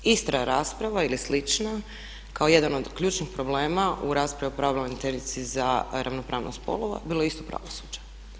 Ista je rasprava ili slična kao jedan od ključnih problema u raspravi o pravobraniteljici za ravnopravnost spolova bilo je isto pravosuđe.